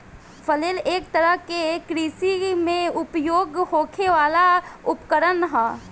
flail एक तरह के कृषि में उपयोग होखे वाला उपकरण ह